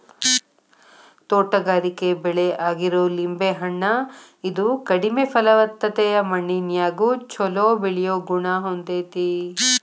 ತೋಟಗಾರಿಕೆ ಬೆಳೆ ಆಗಿರೋ ಲಿಂಬೆ ಹಣ್ಣ, ಇದು ಕಡಿಮೆ ಫಲವತ್ತತೆಯ ಮಣ್ಣಿನ್ಯಾಗು ಚೊಲೋ ಬೆಳಿಯೋ ಗುಣ ಹೊಂದೇತಿ